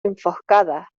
enfoscadas